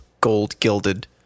gold-gilded